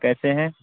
کیسے ہیں